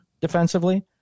defensively